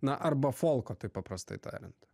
na arba folko taip paprastai tariant